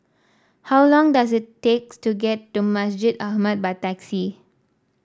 how long does it takes to get to Masjid Ahmad by taxi